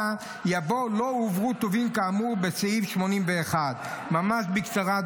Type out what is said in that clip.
יבוא "לא הועברו טובין כאמור בסעיף 81". ממש בקצרה,